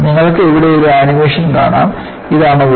നിങ്ങൾക്ക് ഇവിടെ ഈ ആനിമേഷൻ കാണാം ഇതാണ് വിള്ളൽ